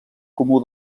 comú